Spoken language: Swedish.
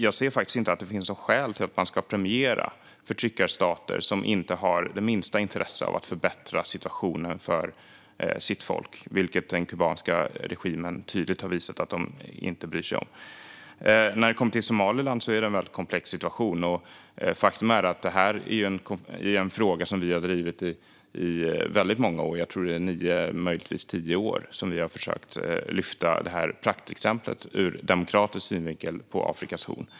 Jag ser faktiskt inget skäl att premiera förtryckarstater som inte har det minsta intresse av att förbättra situationen för sitt folk, vilket den kubanska regimen tydligt har visat att den inte bryr sig om. När det kommer till Somaliland är det en väldigt komplex situation. Faktum är att detta är en fråga vi har drivit i väldigt många år; jag tror att det är i nio eller möjligtvis tio år som vi har försökt lyfta Somaliland som ett ur demokratisk synvinkel praktexempel på Afrikas horn.